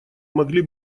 могли